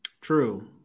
true